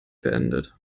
beendet